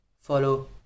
Follow